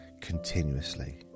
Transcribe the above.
continuously